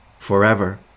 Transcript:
Forever